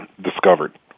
discovered